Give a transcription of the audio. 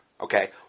Okay